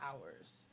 hours